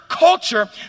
culture